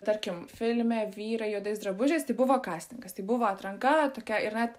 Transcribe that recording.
tarkim filme vyrai juodais drabužiais tai buvo kastingas tai buvo atranka tokia ir net